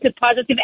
positive